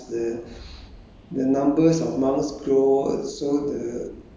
is to save the tigers lah but then eventually as the